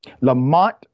Lamont